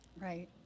Right